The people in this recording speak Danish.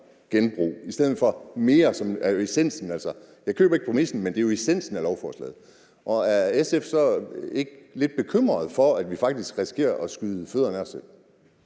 essensen af lovforslaget? Jeg køber ikke præmissen, men det er jo essensen af lovforslaget. Er SF ikke lidt bekymret for, vi faktisk risikerer at skyde os selv